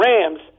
Rams